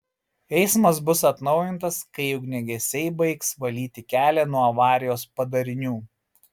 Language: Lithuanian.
eismas bus atnaujintas kai ugniagesiai baigs valyti kelią nuo avarijos padarinių